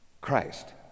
Christ